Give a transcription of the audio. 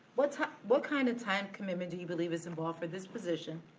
what what kind of time commitment do you believe is involved for this position?